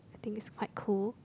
I think is quite cool